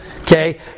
okay